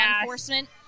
enforcement